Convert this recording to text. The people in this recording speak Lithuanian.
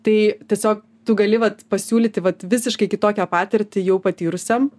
tai tiesiog tu gali vat pasiūlyti vat visiškai kitokią patirtį jau patyrusiam